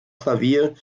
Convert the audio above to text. klavier